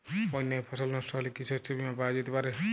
বন্যায় ফসল নস্ট হলে কি শস্য বীমা পাওয়া যেতে পারে?